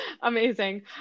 Amazing